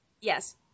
Yes